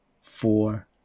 four